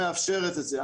שמאפשרת את זה.